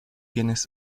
quienes